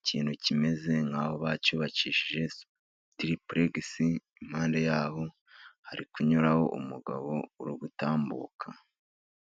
ikintu kimeze nkaho bacyubakishije tiripuregisi, impande yabo hari kunyuraho umugabo uri gutambuka.